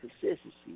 consistency